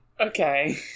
Okay